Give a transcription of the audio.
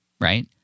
right